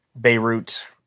Beirut